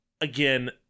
Again